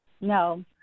No